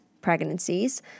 pregnancies